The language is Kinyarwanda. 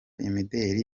imideli